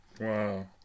Wow